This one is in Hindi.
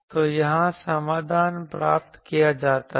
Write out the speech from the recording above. तो यहाँ समाधान प्राप्त किया जाता है